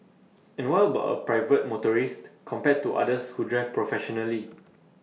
and what about private motorist compared to others who drive professionally